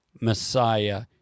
Messiah